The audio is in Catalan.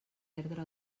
perdre